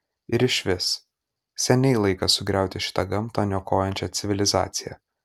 ir išvis seniai laikas sugriauti šitą gamtą niokojančią civilizaciją